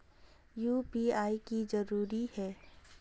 UPI की जरूरी है?